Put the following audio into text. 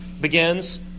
begins